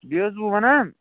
بیٚیہِ اوسُس بہٕ وَنان